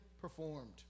performed